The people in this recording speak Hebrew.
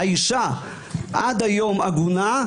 האישה עד היום עגונה,